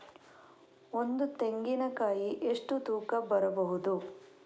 ಒಂದು ತೆಂಗಿನ ಕಾಯಿ ಎಷ್ಟು ತೂಕ ಬರಬಹುದು?